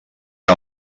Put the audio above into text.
que